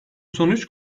sonuç